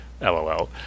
lol